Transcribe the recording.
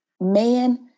Man